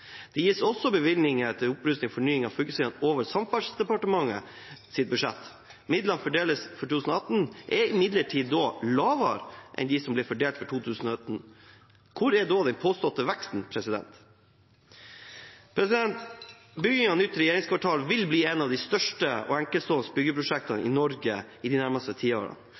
Det gis også bevilgninger til opprustning og fornying av fylkesveiene over Samferdselsdepartementets budsjett. Midlene som fordeles for 2018, er imidlertid mindre enn det som ble fordelt for 2017. Hvor er den påståtte veksten? Bygging av nytt regjeringskvartal vil bli et av de største enkeltstående byggeprosjektene i Norge i de nærmeste